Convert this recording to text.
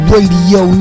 Radio